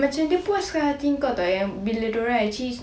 macam dia puaskan hati kau [tau] yang bila diorang actually